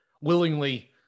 willingly